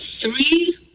three